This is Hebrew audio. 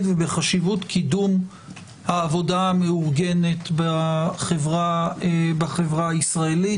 ובחשיבות קידום העבודה המאורגנת בחברה הישראלית.